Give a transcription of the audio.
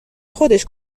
خودش